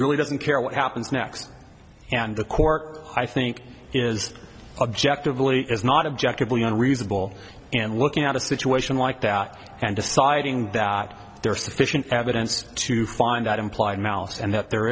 really doesn't care what happens next and the court i think is objectively is not objective leon reasonable and looking at a situation like that and deciding that there is sufficient evidence to find out implied malice and that there